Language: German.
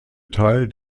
teil